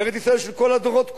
ארץ-ישראל של כל הדורות כולם,